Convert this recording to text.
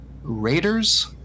Raiders